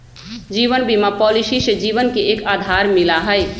जीवन बीमा पॉलिसी से जीवन के एक आधार मिला हई